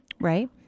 right